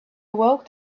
awoke